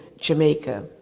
Jamaica